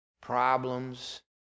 Problems